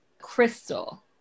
Crystal